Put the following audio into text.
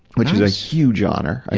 which is a huge honor.